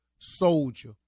soldier